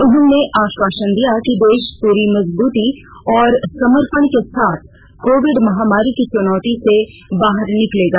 उन्होंने आश्वासन दिया कि देश पूरी मजबूती और समर्पण के साथ कोविड महामारी की चुनौती से बाहर निकलेगा